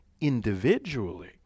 individually